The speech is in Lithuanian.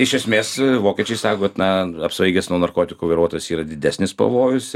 iš esmės vokiečiai sako kad na apsvaigęs nuo narkotikų vairuotojas yra didesnis pavojus